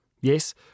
Yes